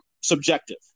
subjective